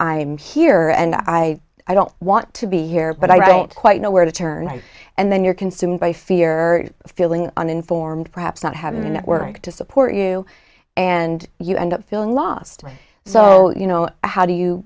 i'm here and i i don't want to be here but i don't quite know where to turn and then you're consumed by fear feeling uninformed perhaps not having a network to support you and you end up feeling lost so you know how do you